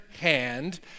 hand